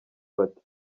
bati